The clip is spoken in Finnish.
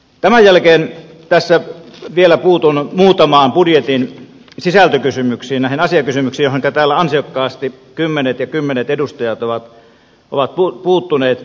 tämän jälkeen tässä puutun vielä muutamaan budjetin sisältökysymykseen näihin asiakysymyksiin joihinka täällä ansiokkaasti kymmenet ja kymmenet edustajat ovat puuttuneet